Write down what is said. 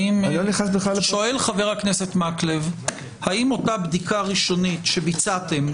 שואל חבר הכנסת מקלב האם אותה בדיקה ראשונית שביצעתם,